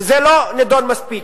וזה לא נדון מספיק.